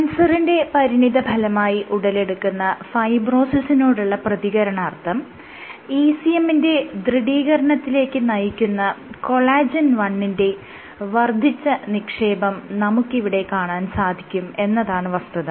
ക്യാൻസറിന്റെ പരിണിതഫലമായി ഉടലെടുക്കുന്ന ഫൈബ്രോസിസിനോടുള്ള പ്രതികരണാർത്ഥം ECM ന്റെ ദൃഢീകരണത്തിലേക്ക് നയിക്കുന്ന കൊളാജെൻ 1 ന്റെ വർദ്ധിച്ച നിക്ഷേപം നമുക്ക് ഇവിടെ കാണാൻ സാധിക്കും എന്നതാണ് വസ്തുത